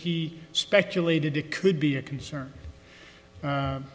he speculated it could be a concern